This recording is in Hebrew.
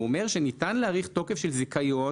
הוא אומר שניתן להאריך תוקף של זיכיון